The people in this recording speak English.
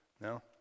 No